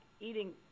eating